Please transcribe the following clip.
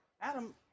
Adam